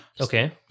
Okay